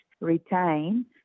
retain